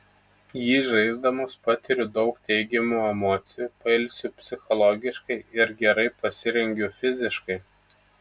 jį žaisdamas patiriu daug teigiamų emocijų pailsiu psichologiškai ir gerai pasirengiu fiziškai